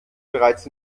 bereits